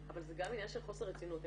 אבל זה גם עניין של חוסר רצינות.